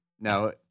No